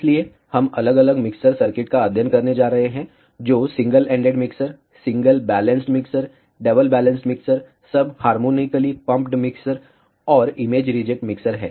इसलिए हम अलग अलग मिक्सर सर्किट का अध्ययन करने जा रहे हैं जो single ended mixer single balanced mixer double balanced mixer सब हारमोनीकली पम्पड मिक्सर और इमेज रिजेक्ट मिक्सर हैं